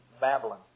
Babylon